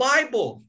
Bible